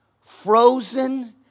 frozen